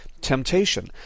temptation